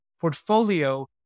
portfolio